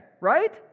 right